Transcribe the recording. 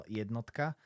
jednotka